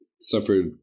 suffered